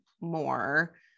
more